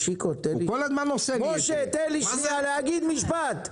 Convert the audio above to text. רגע, משה תן להגיד משפט.